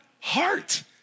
Heart